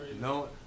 No